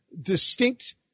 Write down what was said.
distinct